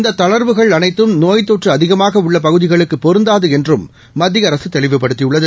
இந்த தளா்வுகள் அனைத்தும் நோய்த்தொற்று அதிகமாக உள்ள பகுதிகளுக்கு பொருந்தாது என்றும் மத்திய அரக தெளிவுபடுத்தியுள்ளது